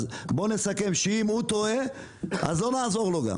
אז בואו נסכם שאם הוא טועה לא נעזור לו.